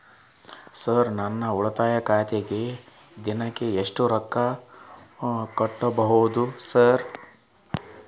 Sir ನಾನು ಉಳಿತಾಯ ಖಾತೆಗೆ ದಿನಕ್ಕ ಎಷ್ಟು ರೊಕ್ಕಾ ಕಟ್ಟುಬಹುದು ಸರ್?